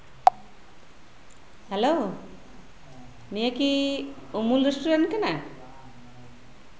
hello ᱱᱤᱭᱟᱹ ᱠᱤ ᱩᱢᱩᱞ ᱨᱮᱥᱴᱩᱨᱮᱱᱴ ᱠᱟᱱᱟ